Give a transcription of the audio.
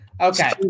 Okay